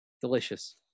Delicious